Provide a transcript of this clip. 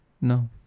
No